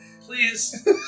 please